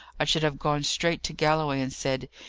i should have gone straight to galloway and said,